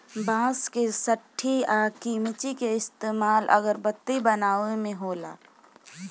बांस के सठी आ किमची के इस्तमाल अगरबत्ती बनावे मे होला